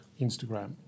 Instagram